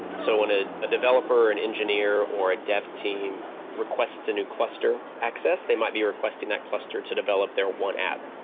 so when ah a developer and engineer, or a dev team requests a new cluster access, they might be requesting that cluster to develop their one app,